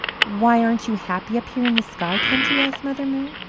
why, aren't you happy up here in the sky country? asked mother moon.